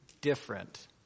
different